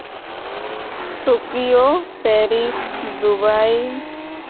Tokyo Paris Dubai